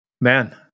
Man